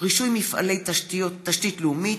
רישוי מפעלי תשתית לאומית),